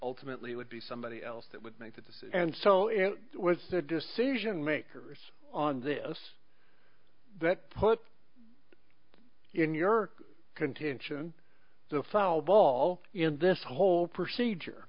ultimately would be somebody else that would make this and so it was the decision makers on this that put in your contention the foul ball in this whole procedure